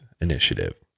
initiative